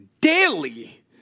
daily